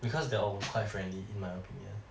because they are all quite friendly in my opinion